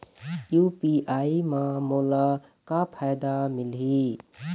UPI म मोला का फायदा मिलही?